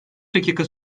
dakika